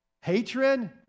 hatred